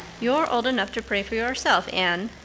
you're old enough to pray for yourself, anne,